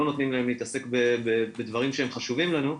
נותנים להם להתעסק בדברים שהם חשובים לנו.